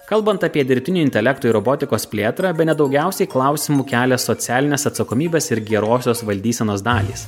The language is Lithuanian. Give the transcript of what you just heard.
kalbant apie dirbtinio intelekto ir robotikos plėtrą bene daugiausiai klausimų kelia socialinės atsakomybės ir gerosios valdysenos dalys